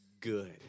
good